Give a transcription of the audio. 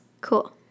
Cool